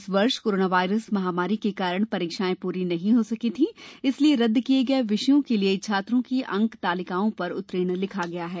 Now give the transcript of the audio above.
इस वर्ष corona virus महामारी के कारण परीक्षाएं पूरी नहीं हो सकी थी इसलिए रद्द किए गए विषयों के लिए छात्रों की अंकतालिकाओं पर उत्तीर्ण लिखा गया है